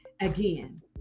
again